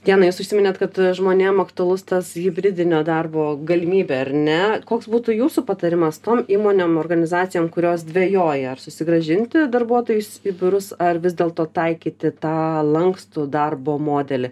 diana jūs užsiminėt kad žmonėm aktualus tas hibridinio darbo galimybė ar ne koks būtų jūsų patarimas tom įmonėm organizacijom kurios dvejoja ar susigrąžinti darbuotojus į biurus ar vis dėlto taikyti tą lankstų darbo modelį